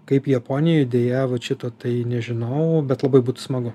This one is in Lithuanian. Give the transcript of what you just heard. kaip japonijoj deja vat šito tai nežinau bet labai būtų smagu